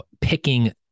picking